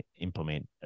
implement